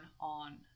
on